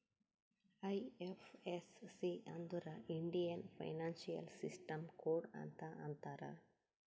IFSC ಅಂದುರ್ Indian financial system code ಅಂತ್ ಅಂತಾರ್